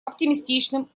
оптимистичным